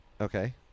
Okay